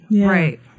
Right